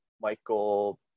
michael